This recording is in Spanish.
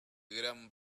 gran